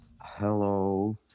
Hello